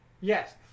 Yes